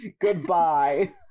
Goodbye